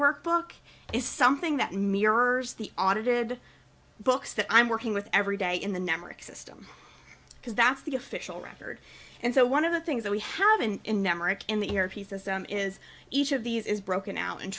workbook is something that mirrors the audited books that i'm working with every day in the network system because that's the official record and so one of the things that we have and in the air pieces them is each of these is broken out and